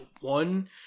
one